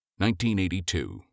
1982